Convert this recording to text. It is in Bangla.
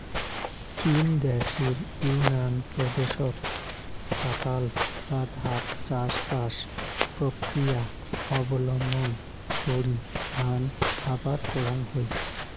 চীন দ্যাশের ইউনান প্রদেশত চাতাল বা ধাপ চাষবাস প্রক্রিয়া অবলম্বন করি ধান আবাদ করাং হই